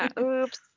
Oops